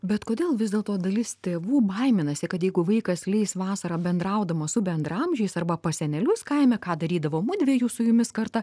bet kodėl vis dėlto dalis tėvų baiminasi kad jeigu vaikas leis vasarą bendraudamas su bendraamžiais arba pas senelius kaime ką darydavo mudviejų su jumis karta